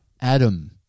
Adam